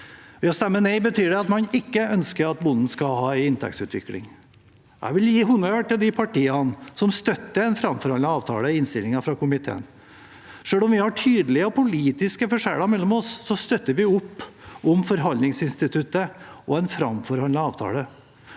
Ved å stemme nei betyr det at man ikke ønsker at bonden skal ha en inntektsutvikling. Jeg vil gi honnør til de partiene som støtter en framforhandlet avtale i innstillingen fra komiteen. Selv om vi har tydelige politiske forskjeller mellom oss, støtter vi opp om forhandlingsinstituttet og en framforhandlet avtale.